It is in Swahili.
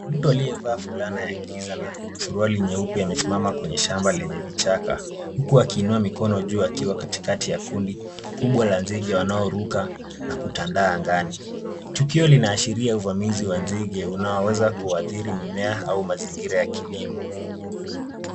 Mtu aliyevaa fulana ya giza na suruali nyeupe amesimama kwenye shamba lenye vichaka huku akiinua mikono juu akiwa katikati ya kundi kubwa la nzige wanaoruka na kutandaa angani. Tukio linaashiria uvamizi wa nzige unaoweza kuathiri mimea au mazingira ya kilimo.